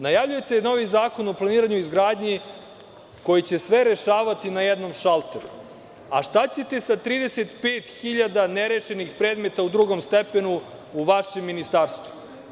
Najavljujete novi zakon o planiranju i izgradnji koji će sve rešavati na jednom šalteru, a šta ćete sa 35 hiljada nerešenih predmeta u drugom stepenu u vašem ministarstvu?